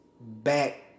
back